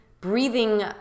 breathing